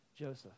Joseph